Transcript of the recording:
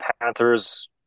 Panthers